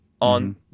on